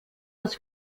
aus